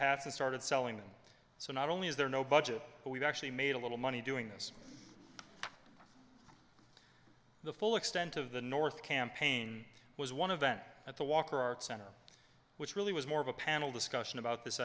hats and started selling them so not only is there no budget but we've actually made a little money doing this the full extent of the north campaign was one of that at the walker art center which really was more of a panel discussion about this